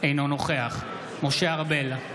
אינו נוכח משה ארבל,